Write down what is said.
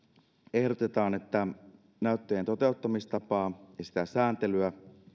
ehdotetaan että näyttöjen toteuttamistapaa ja sen sääntelyä